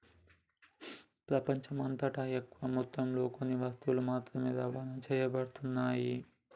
ప్రపంచమంతటా ఎక్కువ మొత్తంలో కొన్ని వస్తువులు మాత్రమే రవాణా చేయబడుతున్నాయి